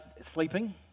sleeping